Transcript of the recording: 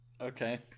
Okay